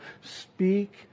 Speak